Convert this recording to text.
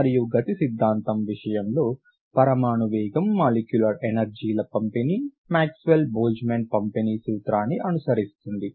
మరియు గతి సిద్ధాంతం విషయంలో పరమాణు వేగం మాలిక్యులర్ ఎనర్జీల పంపిణీ మాక్స్వెల్ బోల్ట్జ్మన్ పంపిణీ సూత్రాన్ని అనుసరిస్తుంది